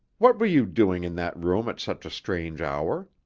what were you doing in that room at such a strange hour?